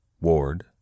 Ward